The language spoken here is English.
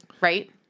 right